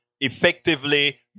effectively